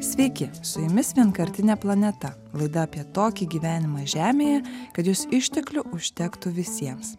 sveiki su jumis vienkartinė planeta laida apie tokį gyvenimą žemėje kad jos išteklių užtektų visiems